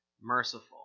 merciful